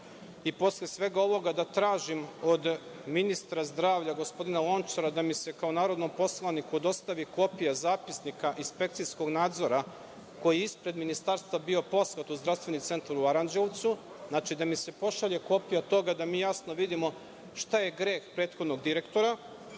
i posle svega ovoga da tražim od ministra zdravlja gospodina Lončara da mi se kao narodnom poslaniku dostavi kopija zapisnika inspekcijskog nadzora koji je ispred Ministarstva bio poslat u Zdravstvenom centru u Aranđelovcu, znači da mi se pošalje kopija toga da mi jasno vidimo šta je greh prethodnog direktora. Zatim,